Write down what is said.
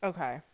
Okay